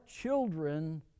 children